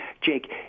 Jake